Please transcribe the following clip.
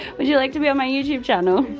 would you like to be on my youtube channel?